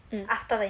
mm